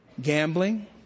gambling